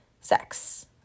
sex